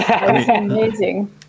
Amazing